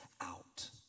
out